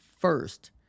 first